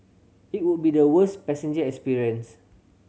it would be the worst passenger experience